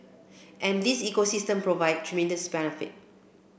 and this ecosystem provides tremendous benefit